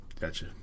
gotcha